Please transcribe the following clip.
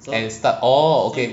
can start orh okay